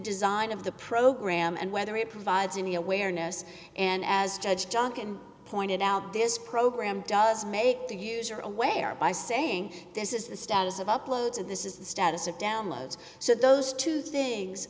design of the program and whether it provides any awareness and as judge jock and pointed out this program does make the user aware by saying this is the status of uploads and this is the status of downloads so those two things